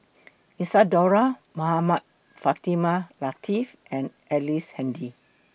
Isadhora Mohamed Fatimah Lateef and Ellice Handy